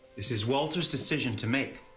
this is walter's decision to make.